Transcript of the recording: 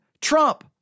trump